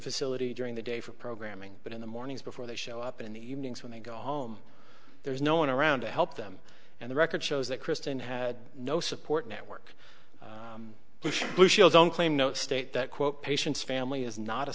facility during the day for programming but in the mornings before they show up in the evenings when they go home there's no one around to help them and the record shows that kristen had no support network bush blue shield don't claim no state that quote patient's family is not a